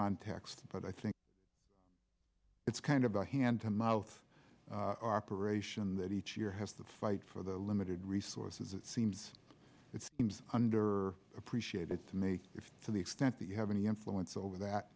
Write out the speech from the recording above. context but i think it's kind of a hand to mouth are operational that each year has the five for the limited resources it seems it's under appreciated to me to the extent that you have any influence over that